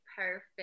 Perfect